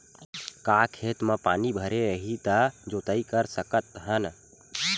का खेत म पानी भरे रही त जोताई कर सकत हन?